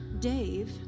Dave